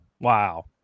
Wow